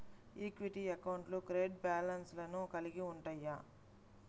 equity అకౌంట్లు credit బ్యాలెన్స్లను కలిగి ఉంటయ్యి